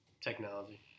Technology